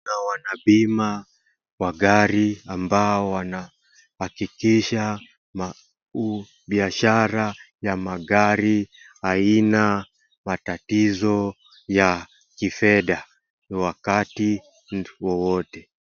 Wanabima wa gari ambao wanahakikisha biashara ya magari haina matatizo ya kifedhaa wakati wowote.